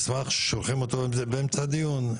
זה מסמך ששולחים אותו באמצע הדיון,